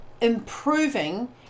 improving